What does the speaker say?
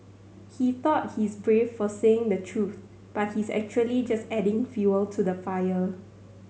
he thought he's brave for saying the truth but he's actually just adding fuel to the fire